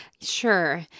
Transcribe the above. Sure